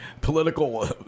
political